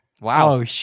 Wow